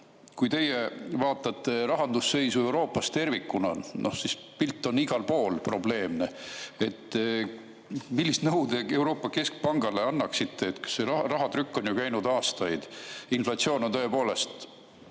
Kui te vaatate rahandusseisu Euroopas tervikuna, siis pilt on igal pool probleemne. Millist nõu te Euroopa Keskpangale annaksite? Rahatrükk on ju käinud aastaid. Inflatsioon on tõepoolest